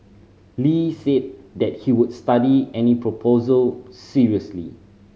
Lee said that he would study any proposal seriously